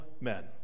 men